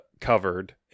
covered